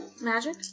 Magic